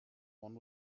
one